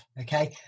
okay